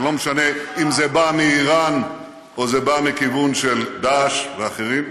ולא משנה אם זה בא מאיראן או שזה בא מכיוון דאעש ואחרים,